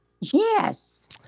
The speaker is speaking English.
Yes